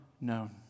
known